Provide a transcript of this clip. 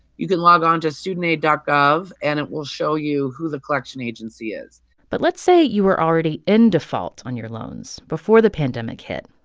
you can log onto studentaid ah gov, and it will show you who the collection agency is but let's say you were already in default on your loans before the pandemic hit.